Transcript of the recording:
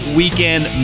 weekend